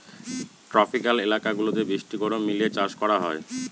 tropical এলাকা গুলাতে বৃষ্টি গরম মিলিয়ে চাষ করা হয়